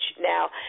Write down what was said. Now